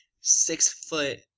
six-foot